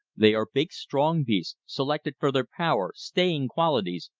they are big strong beasts, selected for their power, staying qualities,